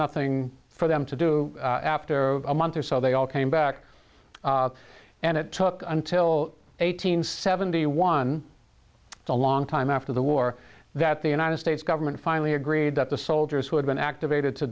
nothing for them to do after a month or so they all came back and it took until eight hundred seventy one a long time after the war that the united states government finally agreed that the soldiers who had been activated to